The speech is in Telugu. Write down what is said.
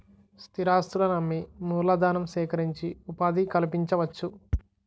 స్థిరాస్తులను అమ్మి మూలధనం సేకరించి ఉపాధి కల్పించవచ్చు